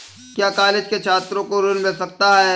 क्या कॉलेज के छात्रो को ऋण मिल सकता है?